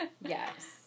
Yes